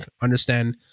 understand